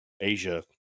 Asia